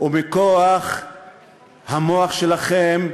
ומכוח המוח שלכם